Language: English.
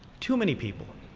too many people,